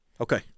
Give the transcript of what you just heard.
Okay